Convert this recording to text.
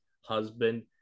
husband